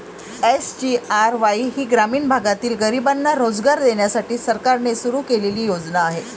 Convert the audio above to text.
SGRY ही ग्रामीण भागातील गरिबांना रोजगार देण्यासाठी सरकारने सुरू केलेली योजना आहे